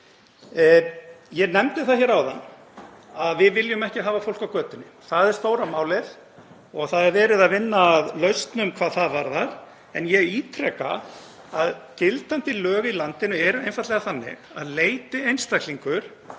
Ég nefndi það hér áðan að við viljum ekki hafa fólk á götunni, það er stóra málið. Það er verið að vinna að lausnum hvað það varðar. En ég ítreka að gildandi lög í landinu eru einfaldlega þannig að leiti einstaklingur